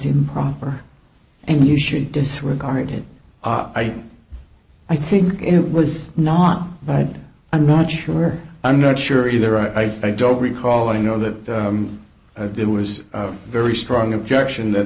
improper and you should disregard it i i think it was not but i'm not sure i'm not sure either i don't recall you know that there was a very strong objection that